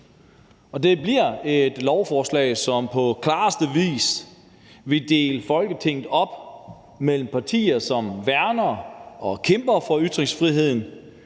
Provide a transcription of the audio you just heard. det bliver et lovforslag, som på klareste vis vil dele Folketinget op mellem partier, som værner om og kæmper for ytringsfriheden,